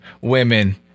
women